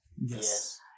Yes